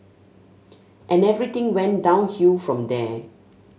and everything went downhill from there